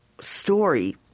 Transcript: story